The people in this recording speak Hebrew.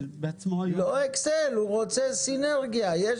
יש פה איזה תאריך להקדמה שנוכל